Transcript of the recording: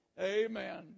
Amen